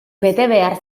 betebehar